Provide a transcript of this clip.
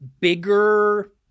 bigger